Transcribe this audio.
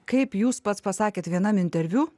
kaip jūs pats pasakėt vienam interviu